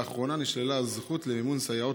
לאחרונה נשללה הזכות למימון סייעות